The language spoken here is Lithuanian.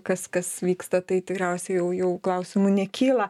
kas kas vyksta tai tikriausiai jau jau klausimų nekyla